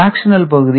fractional பகுதி 0